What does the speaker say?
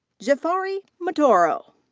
japhari mtoro.